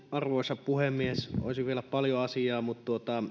arvoisa puhemies olisi vielä paljon asiaa mutta